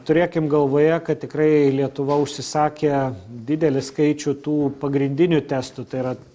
turėkim galvoje kad tikrai lietuva užsisakė didelį skaičių tų pagrindinių testų tai yra